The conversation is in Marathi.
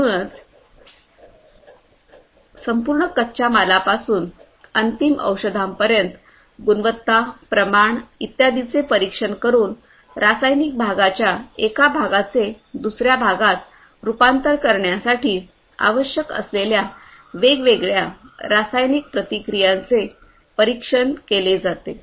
म्हणूनच संपूर्ण कच्च्या मालापासून अंतिम औषधांपर्यंत गुणवत्ता प्रमाण इत्यादींचे परीक्षण करून रासायनिक भागाच्या एका भागाचे दुसर्या भागात रूपांतर करण्यासाठी आवश्यक असलेल्या वेगवेगळ्या रासायनिक प्रतिक्रियांचे परीक्षण केले जाते